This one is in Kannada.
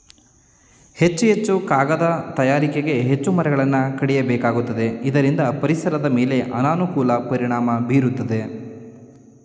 ಹೆಚ್ಚು ಹೆಚ್ಚು ಕಾಗದ ತಯಾರಿಕೆಗೆ ಹೆಚ್ಚು ಮರಗಳನ್ನು ಕಡಿಯಬೇಕಾಗುತ್ತದೆ ಇದರಿಂದ ಪರಿಸರದ ಮೇಲೆ ಅನಾನುಕೂಲ ಪರಿಣಾಮ ಬೀರುತ್ತಿದೆ